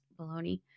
baloney